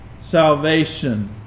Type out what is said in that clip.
salvation